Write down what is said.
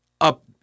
up